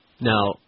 Now